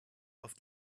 auf